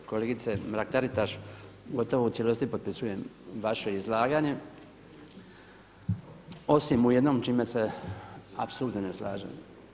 Kolegice Mrak-Taritaš, gotovo u cijelosti potpisujem vaše izlaganje osim u jednom čime se apsolutno ne slažem.